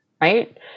right